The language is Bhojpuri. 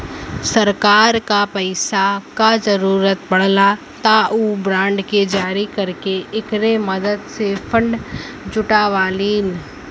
सरकार क पैसा क जरुरत पड़ला त उ बांड के जारी करके एकरे मदद से फण्ड जुटावलीन